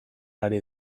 ari